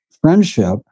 friendship